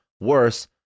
worse